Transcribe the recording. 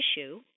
issue